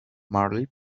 marley